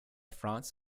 franz